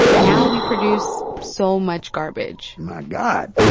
now we produce so much garbage my god,